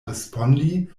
respondi